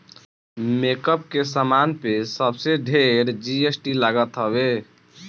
makeup के सामान पे सबसे ढेर जी.एस.टी लागल हवे